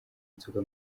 inzoga